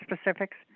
specifics